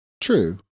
True